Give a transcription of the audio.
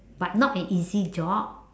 but not an easy job